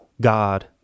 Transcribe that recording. God